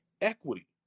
equity